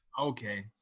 Okay